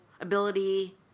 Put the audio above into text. ability